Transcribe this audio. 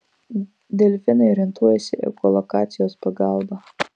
delfinai orientuojasi echolokacijos pagalba